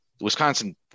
Wisconsin